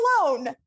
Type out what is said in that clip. alone